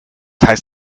heißt